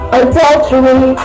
adultery